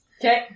Okay